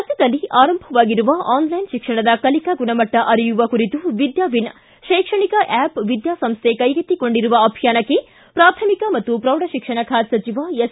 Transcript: ರಾಜ್ಯದಲ್ಲಿ ಆರಂಭವಾಗಿರುವ ಆನ್ಲೈನ್ ಶಿಕ್ಷಣದ ಕಲಿಕಾ ಗುಣಮಟ್ಟ ಆರಿಯುವ ಕುರಿತು ವಿದ್ಯಾವಿನ್ ಶೈಕ್ಷಣಿಕ ಆಸ್ ವಿದ್ಯಾಸಂಸ್ಥೆ ಕೈಗೆತ್ತಿಕೊಂಡಿರುವ ಅಭಿಯಾನಕ್ಕೆ ಪ್ರಾಥಮಿಕ ಮತ್ತು ಪ್ರೌಢ ಶಿಕ್ಷಣ ಖಾತೆ ಸಚಿವ ಎಸ್